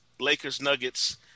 Lakers-Nuggets